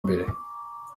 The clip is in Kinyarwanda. mbere